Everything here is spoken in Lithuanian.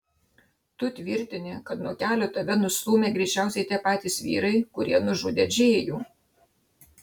tu tvirtini kad nuo kelio tave nustūmė greičiausiai tie patys vyrai kurie nužudė džėjų